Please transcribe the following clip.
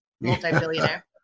Multi-billionaire